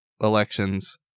elections